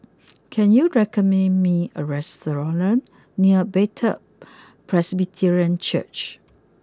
can you recommend me a restaurant near Bethel Presbyterian Church